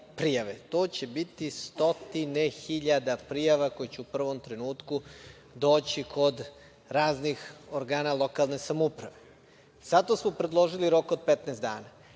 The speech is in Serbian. To će biti stotine hiljada prijava koje će u prvom trenutku doći kod raznih organa lokalne samouprave. Zato smo predložili rok od 15 dana.